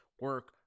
Work